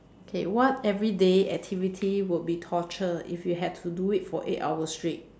okay what everyday activity would be torture if you had to do it for eight hours straight